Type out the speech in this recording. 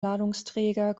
ladungsträger